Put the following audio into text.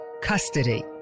custody